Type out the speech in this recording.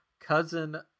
Cousin